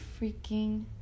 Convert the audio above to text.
freaking